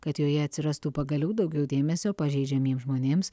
kad joje atsirastų pagaliau daugiau dėmesio pažeidžiamiem žmonėms